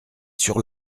sur